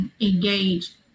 engage